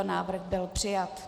Návrh byl přijat.